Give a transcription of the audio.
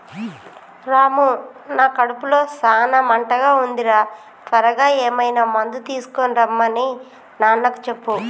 రాము నా కడుపులో సాన మంటగా ఉంది రా త్వరగా ఏమైనా మందు తీసుకొనిరమన్ని నాన్నకు చెప్పు